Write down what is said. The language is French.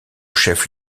chef